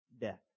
death